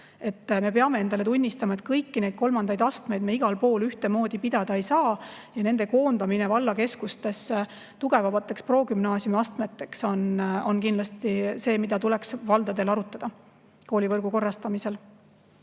Me peame endale tunnistama, et kõiki neid kolmandaid astmeid me igal pool ühtemoodi pidada ei saa. Nende koondamine vallakeskustesse tugevamateks progümnaasiumi astmeteks on kindlasti see, mida tuleks valdadel arutada koolivõrgu korrastamisel.